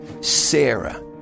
Sarah